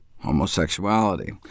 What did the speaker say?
homosexuality